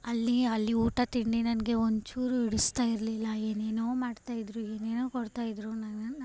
ಅಲ್ಲಿ ಅಲ್ಲಿ ಊಟ ತಿಂಡಿ ನನಗೆ ಒಂಚೂರು ಹಿಡಿಸ್ತಾ ಇರಲಿಲ್ಲ ಏನೇನೋ ಮಾಡ್ತಾಯಿದ್ದರು ಏನೇನೋ ಕೊಡ್ತಾಯಿದ್ದರು ನನ್ನ ನನ್ನ ನಾನು